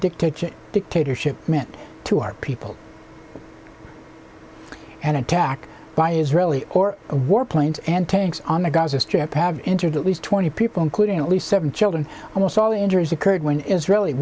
dictator dictatorship meant to our people an attack by israeli or a war planes and tanks on the gaza strip have entered at least twenty people including at least seven children and also injuries occurred when israeli